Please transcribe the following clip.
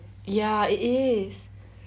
ya it is